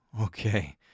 okay